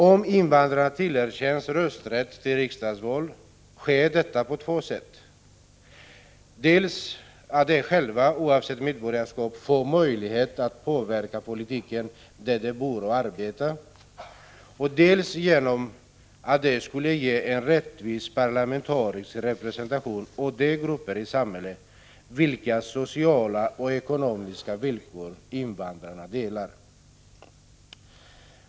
Om invandrare tillerkänns rösträtt i riksdagsval sker detta på två sätt, dels genom att de själva oavsett medborgarskap får möjlighet att påverka politiken där de bor och arbetar, dels genom att det skulle ge en rättvis parlamentarisk representation åt de grupper i samhället vilkas sociala och ekonomiska villkor invandrarna delar.